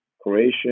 Croatian